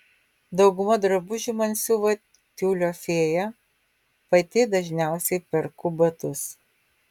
daugumą drabužių man siuva tiulio fėja pati dažniausiai perku batus